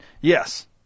Yes